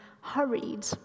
hurried